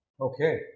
Okay